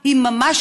ממש,